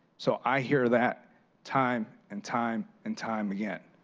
so i hear that time and time and time again.